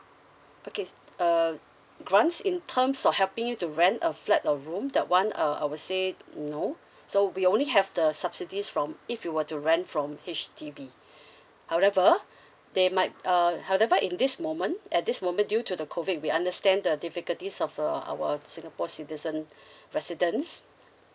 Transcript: okay uh grants in terms of helping you to rent a flat or room that one uh I would say no so we only have the subsidies from if you were to rent from H_D_B however they might uh however in this moment at this moment due to the COVID we understand the difficulties of uh our singapore citizen residents